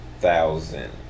thousand